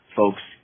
folks